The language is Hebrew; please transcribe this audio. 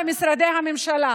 למשרדי הממשלה,